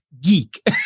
geek